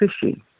fishing